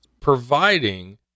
Providing